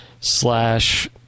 slash